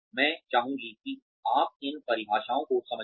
मैं चाहूंगी कि आप इन परिभाषाओं को समझें